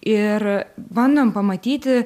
ir bandom pamatyti